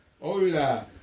Hola